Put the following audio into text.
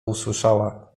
usłyszała